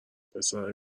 پسره